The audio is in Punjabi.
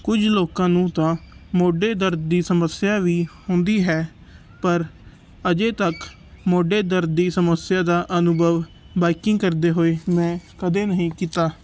ਕੁਝ ਲੋਕਾਂ ਨੂੰ ਤਾਂ ਮੋਢੇ ਦਰਦ ਦੀ ਸਮੱਸਿਆ ਵੀ ਹੁੰਦੀ ਹੈ ਪਰ ਅਜੇ ਤੱਕ ਮੋਢੇ ਦਰਦ ਦੀ ਸਮੱਸਿਆ ਦਾ ਅਨੁਭਵ ਬਾਈਕਿੰਗ ਕਰਦੇ ਹੋਏ ਮੈਂ ਕਦੇ ਨਹੀਂ ਕੀਤਾ